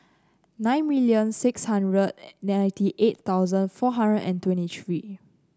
nine million six hundred ninety eight thousand four hundred and twenty three